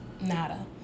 nada